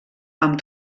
amb